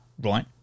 right